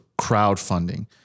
crowdfunding